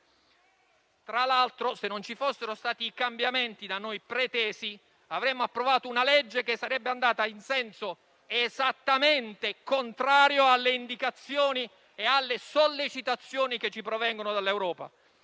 Tra l'altro, se non ci fossero stati i cambiamenti da noi pretesi, avremmo approvato una legge che sarebbe andata in senso esattamente contrario alle indicazioni e alle sollecitazioni che ci provengono dall'Europa,